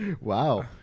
Wow